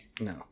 No